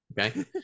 okay